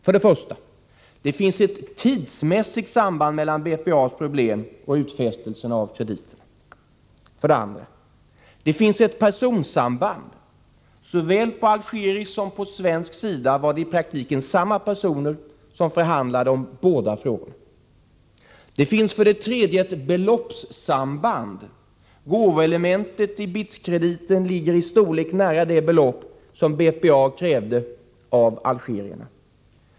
För det första finns det ett tidsmässigt samband mellan BPA:s problem och utfästelserna om krediterna. För det andra finns det ett personsamband. Såväl på algerisk som på svensk sida var det i praktiken samma personer som förhandlade om båda frågorna. Det finns, för det tredje, ett beloppssamband. Gåvoelementet i BITS krediten ligger i storlek nära det belopp som BPA krävde av algerierna.